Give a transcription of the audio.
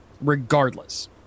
regardless